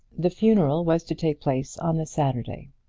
the funeral was to take place on the saturday,